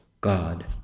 God